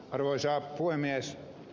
arvoisa puhemies